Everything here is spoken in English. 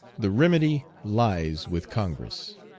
the remedy lies with congress.